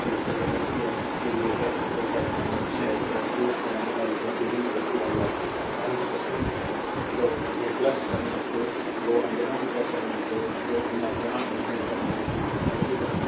तो यह है v0 0 तो यह your KVL है तो है 6 2 i क्योंकि v iR R 2 मुठभेड़ टर्मिनल तो 2 i यहाँ भी टर्मिनल तो 2 v0 यहाँ मुठभेड़ टर्मिनल